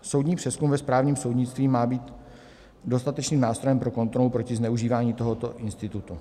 Soudní přezkum ve správním soudnictví má být dostatečným nástrojem pro kontrolu proti zneužívání tohoto institutu.